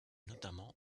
notamment